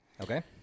Okay